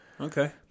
Okay